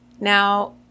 now